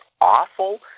awful